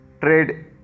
trade